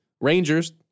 Rangers